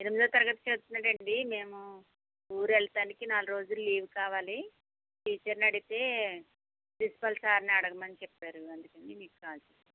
ఎనిమిదో తరగతి చదువుతున్నాడండి మేము ఊరు వెళ్ళటానికి నాలుగు రోజులు లీవ్ కావాలి టీచర్ని అడిగితే ప్రిన్సిపల్ సార్ని అడగమని చెప్పారు అందుకని మీకు కాల్ చేసాము